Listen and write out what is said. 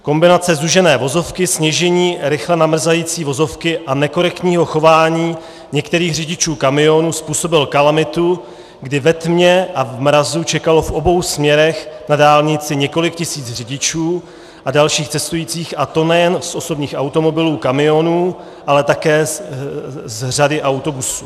Kombinace zúžené vozovky, sněžení, rychle namrzající vozovky a nekorektního chování některých řidičů kamionů způsobila kalamitu, kdy ve tmě a v mrazu čekalo v obou směrech na dálnici několik tisíc řidičů a dalších cestujících, a to nejen z osobních automobilů, kamionů, ale také z řady autobusů.